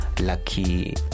Lucky